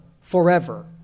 forever